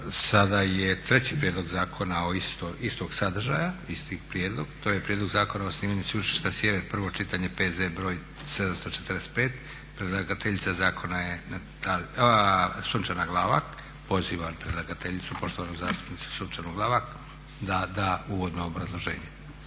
Sada je treći prijedlog zakona istog sadržaja, isti prijedlog, to je Prijedlog zakona o osnivanju Sveučilišta Sjever, prvo čitanje, P.Z. br. 745, predlagateljica zakona je Sunčana Glavak. Pozivam predlagateljicu poštovanu zastupnicu Sunčanu Glavak da da uvodno obrazloženje.